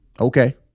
Okay